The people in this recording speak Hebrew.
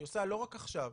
לא רק עכשיו,